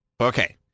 Okay